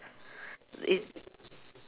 it's